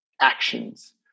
actions